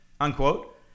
unquote